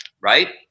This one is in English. right